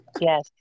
yes